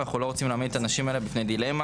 ואנחנו לא רוצים להעמיד את הנשים האלה בפני דילמה